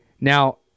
Now